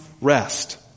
rest